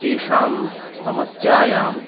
तेषां समस्यायाम्